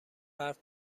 حرف